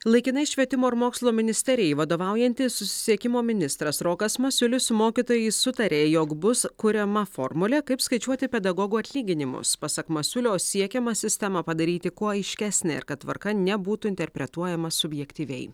laikinai švietimo ir mokslo ministerijai vadovaujantis susisiekimo ministras rokas masiulis su mokytojais sutarė jog bus kuriama formulė kaip skaičiuoti pedagogų atlyginimus pasak masiulio siekiama sistemą padaryti kuo aiškesnė ir kad tvarka nebūtų interpretuojama subjektyviai